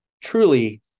truly